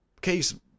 case